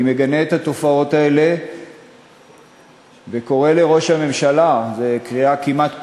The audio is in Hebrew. אני מגנה את התופעות האלה וקורא לראש הממשלה זו קריאה כמעט פתטית,